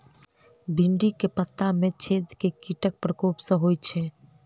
भिन्डी केँ पत्ता मे छेद केँ कीटक प्रकोप सऽ होइ छै?